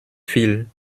viel